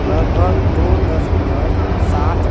लगभग दो दश्मलव साथ